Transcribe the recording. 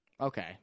Okay